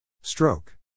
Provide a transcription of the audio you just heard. Stroke